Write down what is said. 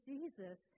Jesus